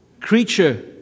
creature